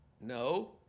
no